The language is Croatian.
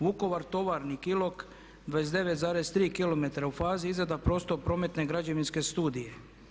Vukovar-Tovarnik-Ilok 29,3 km, u fazi izrada prostorno-prometne građevinske studije.